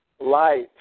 light